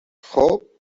خوب